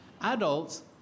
Adults